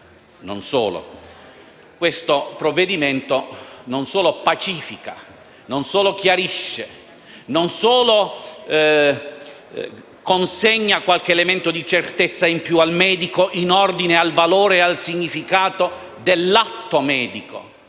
questo provvedimento pacifica, chiarisce, consegna qualche elemento di certezza in più al medico in ordine al valore e al significato dell'atto medico;